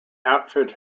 outfit